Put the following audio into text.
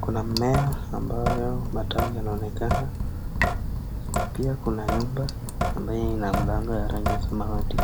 .Kuna mimea ambayo matawi yanaonekana pia kuna nyumba ambayo ina rangi ya samawati.